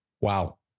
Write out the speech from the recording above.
wow